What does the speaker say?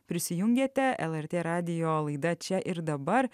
prisijungėte lrt radijo laida čia ir dabar